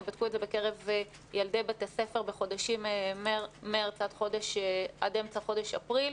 הם בדקו את זה בקרב ילדי בתי ספר בחודשים מרץ עד אמצע חודש אפריל.